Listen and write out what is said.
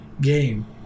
game